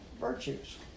virtues